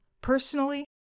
Personally